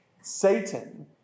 Satan